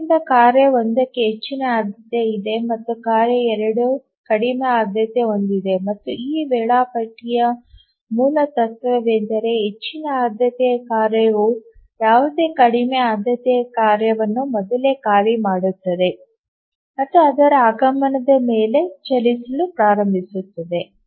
ಆದ್ದರಿಂದ ಕಾರ್ಯ 1 ಕ್ಕೆ ಹೆಚ್ಚಿನ ಆದ್ಯತೆ ಇದೆ ಮತ್ತು ಕಾರ್ಯ 2 ಕಡಿಮೆ ಆದ್ಯತೆಯನ್ನು ಹೊಂದಿದೆ ಮತ್ತು ಈ ವೇಳಾಪಟ್ಟಿಯ ಮೂಲತತ್ವವೆಂದರೆ ಹೆಚ್ಚಿನ ಆದ್ಯತೆಯ ಕಾರ್ಯವು ಯಾವುದೇ ಕಡಿಮೆ ಆದ್ಯತೆಯ ಕಾರ್ಯವನ್ನು ಮೊದಲೇ ಖಾಲಿ ಮಾಡುತ್ತದೆ ಮತ್ತು ಅದರ ಆಗಮನದ ಮೇಲೆ ಚಲಿಸಲು ಪ್ರಾರಂಭಿಸುತ್ತದೆ